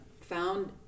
found